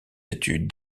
études